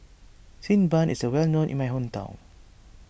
Xi Ban is well known in my hometown